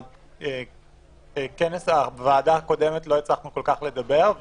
בישיבת הוועדה הקודמת לא הצלחנו כל כך לדבר,